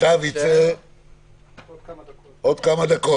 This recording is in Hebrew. המכתב יצא --- בעוד כמה דקות.